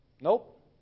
Nope